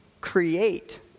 create